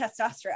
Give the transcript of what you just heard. testosterone